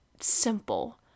simple